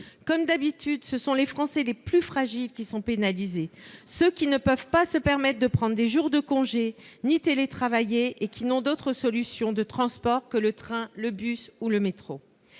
Comme d'habitude, ce sont les Français les plus fragiles qui sont pénalisés, ceux qui ne peuvent pas se permettre de prendre des jours de congé ou de télétravailler et qui n'ont d'autre solution de transport que le train, le bus ou le métro.